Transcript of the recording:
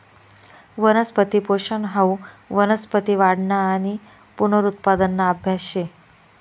वनस्पती पोषन हाऊ वनस्पती वाढना आणि पुनरुत्पादना आभ्यास शे